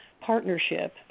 partnership